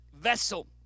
vessel